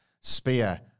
Spear